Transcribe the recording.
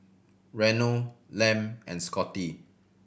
Reno Lem and Scotty